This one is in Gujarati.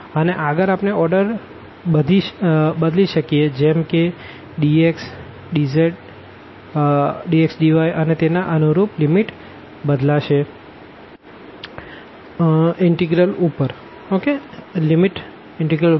અને આગળ આપણે ઓર્ડર બદલી શકીએ જેમકે dx dz dx dy અને તેના અનુરૂપ લિમિટ બદલાશે ઇનટેગ્રલઉપર